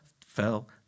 fell